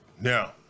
Now